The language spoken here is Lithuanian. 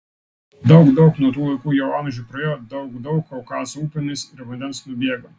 daug daug nuo tų laikų jau amžių praėjo daug daug kaukazo upėmis ir vandens nubėgo